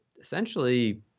essentially